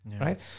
Right